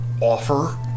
offer